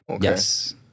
Yes